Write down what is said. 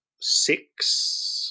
six